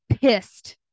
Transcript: pissed